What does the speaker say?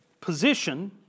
position